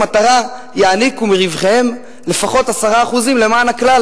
מטרה יעניקו מרווחיהם לפחות 10% למען הכלל.